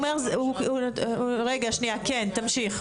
תמשיך.